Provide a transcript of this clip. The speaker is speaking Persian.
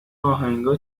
آهنگها